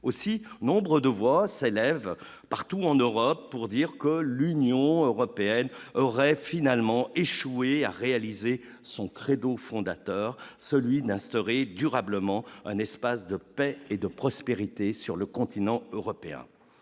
aussi nombre de voix s'élèvent partout en Europe pour dire que l'Union européenne aurait finalement échoué à réaliser son credo fondateur, celui d'instaurer durablement un espace de paix et de prospérité sur le continent européen,